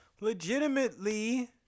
Legitimately